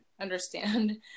understand